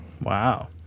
Wow